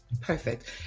perfect